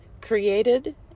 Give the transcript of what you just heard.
created